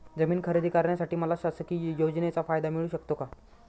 जमीन खरेदी करण्यासाठी मला शासकीय योजनेचा फायदा मिळू शकतो का?